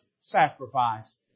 sacrifice